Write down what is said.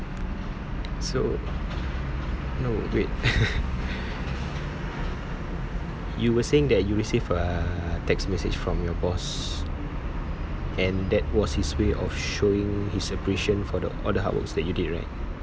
so no wait you were saying that you received a text message from your boss and that was his way of showing his appreciation for the all the hard work that you did right